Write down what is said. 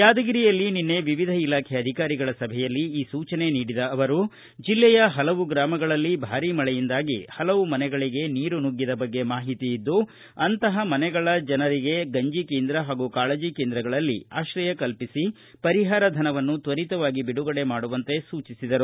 ಯಾದಗಿರಿಯಲ್ಲಿ ನಿನ್ನೆ ವಿವಿಧ ಇಲಾಖೆ ಅಧಿಕಾರಿಗಳ ಸಭೆಯಲ್ಲಿ ಈ ಸೂಚನೆ ನೀಡಿದ ಅವರು ಜಿಲ್ಲೆಯ ಪಲವು ಗ್ರಾಮಗಳಲ್ಲಿ ಭಾರೀ ಮಳೆಯಿಂದಾಗಿ ಪಲವು ಮನೆಗಳಿಗೆ ನೀರು ನುಗ್ಗಿದ ಬಗ್ಗೆ ಮಾಹಿತಿ ಇದ್ದು ಅಂತಹ ಮನೆಗಳ ಜನರನ್ನು ಗಂಜಿ ಕೇಂದ್ರ ಹಾಗೂ ಕಾಳಜಿ ಕೇಂದ್ರಗಳಲ್ಲಿ ಆಶ್ರಯ ಕಲ್ಪಿಸಿ ಪರಿಹಾರ ಧನವನ್ನು ತ್ವರಿತವಾಗಿ ಬಿಡುಗಡೆ ಮಾಡುವಂತೆ ಸೂಚಿಸಿದರು